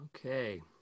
Okay